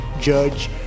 Judge